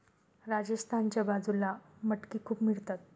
राजस्थानच्या बाजूला मटकी खूप मिळतात